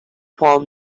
پام